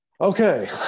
okay